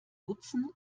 nutzen